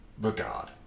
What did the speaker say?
regard